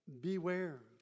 Beware